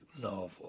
novel